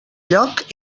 lloc